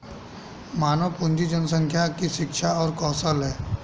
मानव पूंजी जनसंख्या की शिक्षा और कौशल है